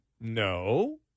No